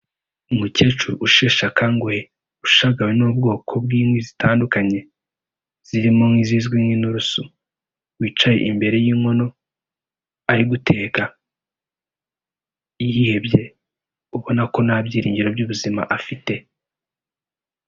Umukecuru usheshe akanguhe, ushagawe n'ubwoko bw'inkwi zitandukanye, zirimo nk'izizwi nk'inturusu, wicaye imbere y'inkono ari guteka, yihebye ubona ko nta byiringiro by'ubuzima afite.